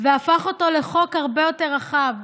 והפך אותו לחוק הרבה יותר רחב.